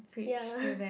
ya